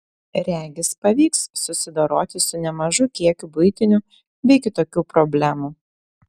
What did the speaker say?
regis pavyks susidoroti su nemažu kiekiu buitinių bei kitokių problemų